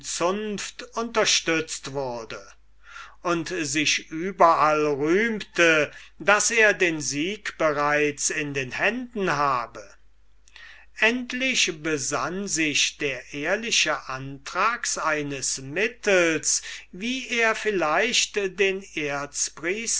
unterstützt wurde und sich überall rühmte daß er den sieg bereits in händen habe endlich besann sich der ehrliche anthrax eines mittels wie er vielleicht den